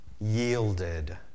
Yielded